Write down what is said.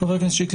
חבר הכנסת שיקלי,